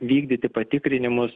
vykdyti patikrinimus